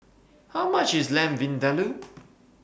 How much IS Lamb Vindaloo